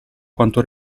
quanto